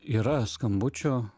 yra skambučių